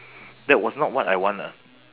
that was not what I want ah